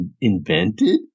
invented